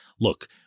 Look